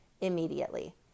immediately